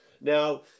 Now